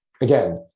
again